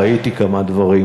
ראיתי כמה דברים